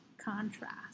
contrast